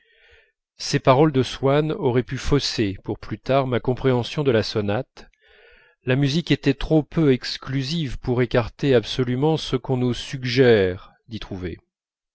ces paroles de swann auraient pu fausser pour plus tard ma compréhension de la sonate la musique étant trop peu exclusive pour écarter absolument ce qu'on nous suggère d'y trouver